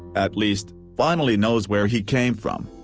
at least, finally knows where he came from.